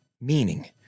meaning